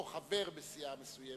או חבר בסיעה מסוימת,